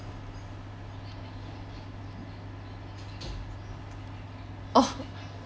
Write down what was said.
oh